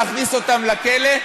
להכניס אותם לכלא,